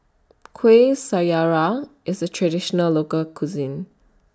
Kueh Syara IS A Traditional Local Cuisine